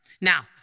Now